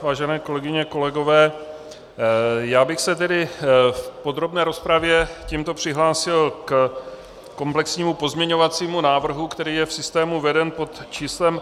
Vážené kolegyně, kolegové, já bych se tedy v podrobné rozpravě tímto přihlásil ke komplexnímu pozměňovacímu návrhu, který je v systému veden pod číslem 2481.